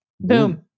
Boom